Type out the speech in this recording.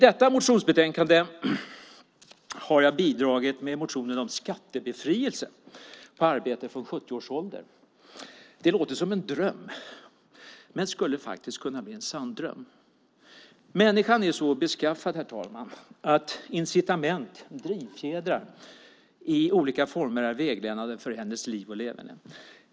I detta motionsbetänkande har jag bidragit med motionen om skattebefrielse på arbete från 70 års ålder. Det låter som en dröm men skulle faktiskt kunna bli en sanndröm. Människan är så beskaffad, herr talman, att incitament, drivfjädrar, i olika former är vägledande för hennes liv och leverne.